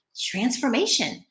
transformation